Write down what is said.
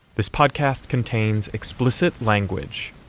this podcast contains explicit language